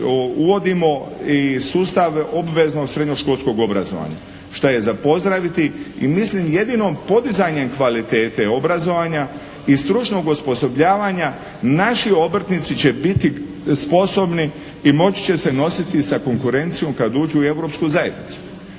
uvodimo i sustav obveznog srednjoškolskog obrazovanja šta je za pozdraviti i mislim jedino podizanjem kvalitete obrazovanja i stručnog osposobljavanja naši obrtnici će biti sposobni i moći će se nositi sa konkurencijom kad uđu u europsku zajednicu.